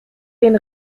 den